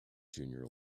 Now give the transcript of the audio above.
junior